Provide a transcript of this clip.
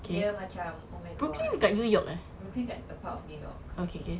dia macam oh my god brooklyn dekat a part of new york